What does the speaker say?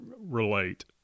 relate